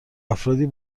افرادی